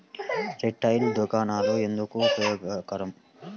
Retail దుకాణాలు ఎందుకు ఉపయోగకరం?